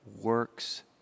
works